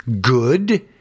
good